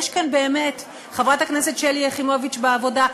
חברת הכנסת שלי יחימוביץ בעבודה,